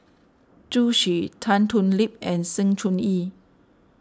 Zhu Xu Tan Thoon Lip and Sng Choon Yee